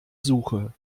suche